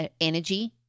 energy